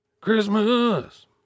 Christmas